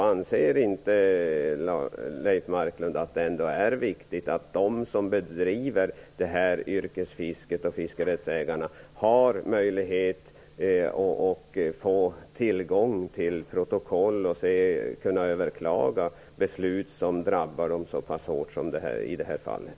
Anser inte Leif Marklund att det ändå är viktigt att de som bedriver yrkesfisket och fiskerättsägarna har tillgång till protokoll och möjlighet att överklaga beslut som drabbar dem så pass hårt som de gör i det här fallet?